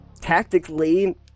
tactically